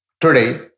Today